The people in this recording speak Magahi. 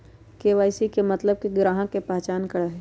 के.वाई.सी के मतलब ग्राहक का पहचान करहई?